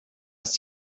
ist